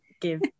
give